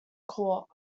court